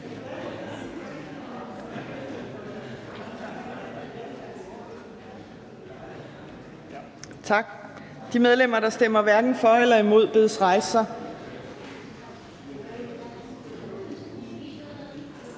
Tak. De medlemmer, der stemmer hverken for eller imod, bedes rejse